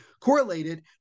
correlated